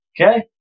Okay